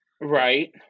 Right